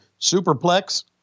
Superplex